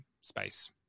space